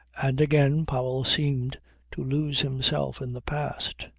and again powell seemed to lose himself in the past.